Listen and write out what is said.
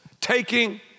taking